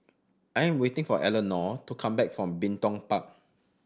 I am waiting for Elenore to come back from Bin Tong Park